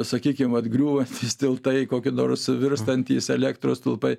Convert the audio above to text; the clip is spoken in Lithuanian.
sakykim vat griūva tiltai koki nors virstantys elektros stulpai